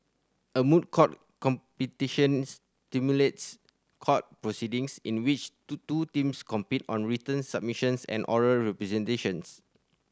a moot court competition simulates court proceedings in which two two teams compete on written submissions and oral presentations